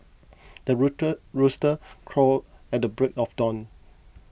the rooter rooster crow at the break of dawn